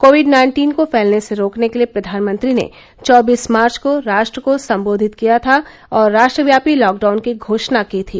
Covid nineteen को फैलने से रोकने के लिए प्रधानमंत्री ने चौबीस मार्च को राष्ट्र को सम्बोधित किया था और राष्ट्रव्यापी लॉकडाउन की घोषणा की थी